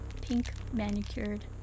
pink-manicured